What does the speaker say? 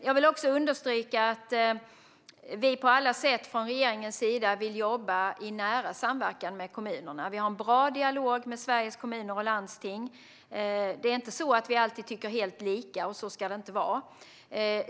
Jag vill också understryka att vi från regeringen på alla sätt vill ha en nära samverkan med kommunerna. Vi har en bra dialog med Sveriges Kommuner och Landsting. Vi tycker inte alltid helt lika, och så ska det inte vara.